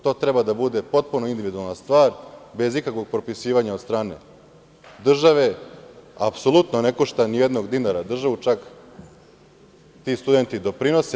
To treba da bude potpuno individualna stvar, bez ikakvog propisivanja od strane države, apsolutno ne košta ni jednog dinara državu, čak ti studenti doprinose.